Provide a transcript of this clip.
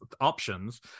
options